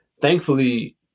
thankfully